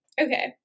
okay